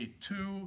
two